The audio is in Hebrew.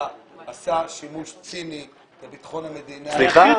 עשה שימוש ציני בביטחון המדינה --- סליחה?